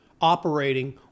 operating